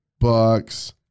bucks